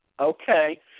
Okay